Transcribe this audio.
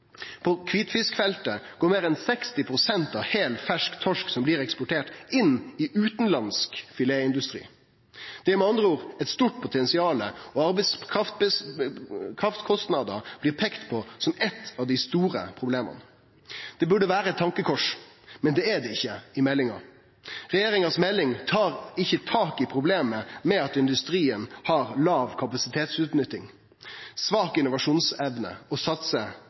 På kvitfiskfeltet går meir enn 60 pst. av heil, fersk torsk som blir eksportert, inn i utanlandsk filetindustri. Det er med andre ord eit stort potensial, og arbeidskraftkostnader blir peika på som eit av dei store problema. Det burde vere ein tankekross, men det er det ikkje i meldinga. Meldinga frå regjeringa tar ikkje tak i problemet med at industrien har låg kapasitetsutnytting og svak innovasjonsevne og